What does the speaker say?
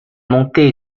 montée